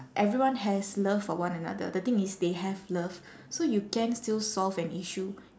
everyone has love for one another the thing is they have love so you can still solve an issue